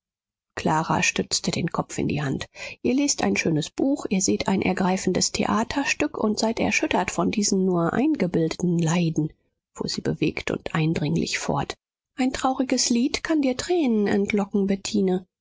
clara stützte den kopf in die hand ihr lest ein schönes buch ihr seht ein ergreifendes theaterstück und seid erschüttert von diesen nur eingebildeten leiden fuhr sie bewegt und eindringlich fort ein trauriges lied kann dir tränen